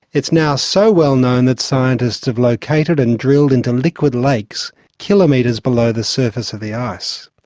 it's now so well known that scientists have located and drilled into liquid lakes kilometres below the surface of the ice.